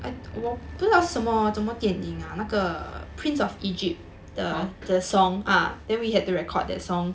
!huh!